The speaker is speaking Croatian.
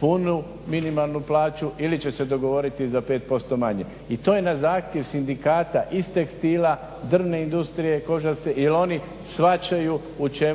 punu minimalnu plaću ili će se dogovoriti za 5% manje. i to je na zahtjev sindikata iz tekstila, drvne industrije, kožarske jel oni shvaćaju